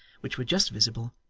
which were just visible,